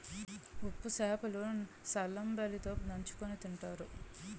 ఉప్పు సేప లు సల్లంబలి తో నంచుకుని తింతారు